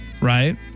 right